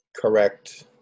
correct